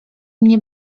mnie